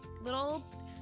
little